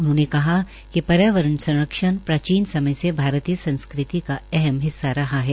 उन्होंने कहा कि पर्यावरण संरक्षण प्राचीन समय से भारतीय संस्कृति का अहम हिस्सा रहा है